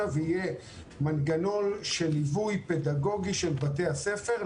ויהיה מנגנון של ליווי פדגוגי של בתי הספר.